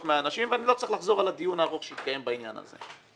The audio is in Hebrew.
ואני לא צריך לחזור על הדיון הארוך שהתקיים בעניין הזה.